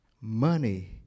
money